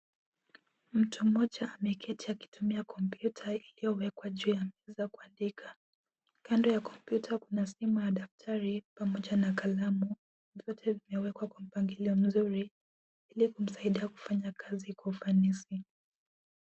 Mtu mmoja ameketi akitumia kompyuta iliyowekwa juu ya meza ya kuandika. Kando ya kompyuta kuna simu ya daktari, pamoja na kalamu, zote zimewekwa kwa mpangilio mzuri, ili kumsaidia kufanya kazi kwa ufanisi.